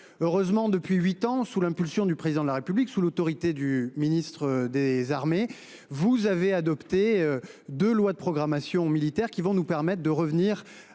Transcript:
les sénateurs, depuis huit ans, sous l’impulsion du Président de la République, sous l’autorité du ministre des armées, vous avez adopté deux lois de programmation militaire nous permettant de revenir